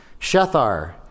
Shethar